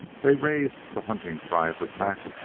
they raised the hunting-cry of the pack,